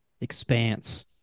expanse